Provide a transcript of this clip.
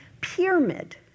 pyramid